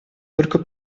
только